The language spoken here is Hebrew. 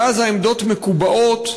ואז העמדות מקובעות,